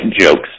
jokes